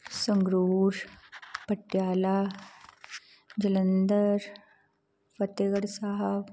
Sangrur Patiala Jalandhar Fatehgarh Sahib